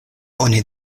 oni